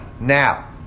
Now